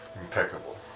impeccable